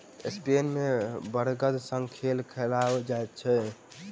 Spain मे बड़दक संग खेल खेलायल जाइत अछि